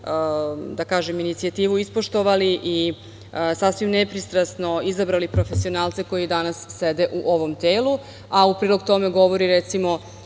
da kažem, inicijativu ispoštovali i sasvim nepristrasno izabrali profesionalce koji danas sede u ovom telu. U prilog tome govori, recimo,